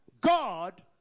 God